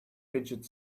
fidget